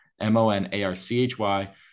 M-O-N-A-R-C-H-Y